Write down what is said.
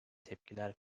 tepkiler